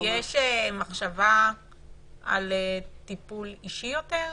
יש מחשבה על טיפול אישי יותר,